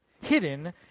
hidden